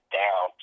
down